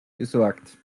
gesorgt